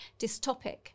dystopic